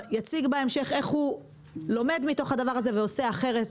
עמי יציג בהמשך איך הוא לומד מתוך הדבר הזה ועושה אחרת,